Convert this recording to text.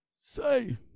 Say